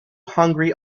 hungry